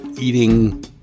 eating